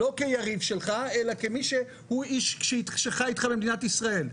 לא כיריב שלך, אלא כאיש שחי איתך במדינת ישראל.